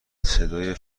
صدای